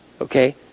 Okay